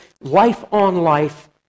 life-on-life